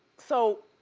so,